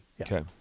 Okay